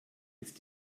ist